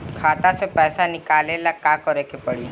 खाता से पैसा निकाले ला का करे के पड़ी?